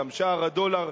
גם שער הדולר,